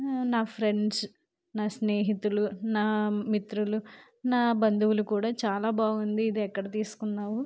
నా ఫ్రెండ్స్ నా స్నేహితులు నా మిత్రులు నా బంధువులు కూడా చాలా బాగుంది ఇది ఎక్కడ తీసుకున్నావు